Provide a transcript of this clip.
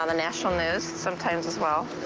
um national news. sometimes as well.